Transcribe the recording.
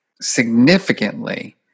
significantly